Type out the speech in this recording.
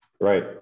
Right